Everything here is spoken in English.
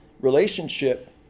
relationship